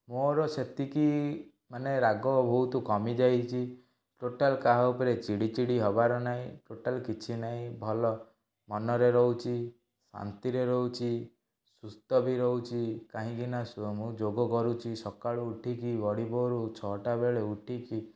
ମୋର ସେତିକି ମାନେ ରାଗ ବହୁତ କମିଯାଇଛି ଟୋଟାଲ୍ କାହା ଉପରେ ଚିଡ଼୍ଚିଡ଼୍ ହେବାର ନାହିଁ ଟୋଟାଲ୍ କିଛି ନାହିଁ ଭଲ ମନରେ ରହୁଛି ଶାନ୍ତିରେ ରହୁଛି ସୁସ୍ଥ ବି ରହୁଛି କାହିଁକିନା ମୁଁ ଯୋଗ କରୁଛି ସକାଳୁ ଉଠିକି ବଡ଼ିଭୋର୍ରୁ ଛଅଟାବେଳୁ ଉଠିକି